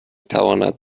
تواند